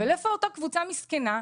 אבל איפה אותה קבוצה מסכנה,